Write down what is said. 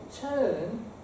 turn